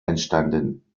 entstanden